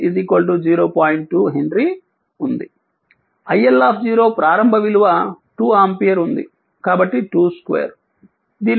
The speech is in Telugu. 2 హెన్రీ ఉంది iL ప్రారంభ విలువ 2 ఆంపియర్ ఉంది కాబట్టి 2 2 దీని విలువ 0